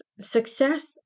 success